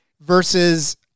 versus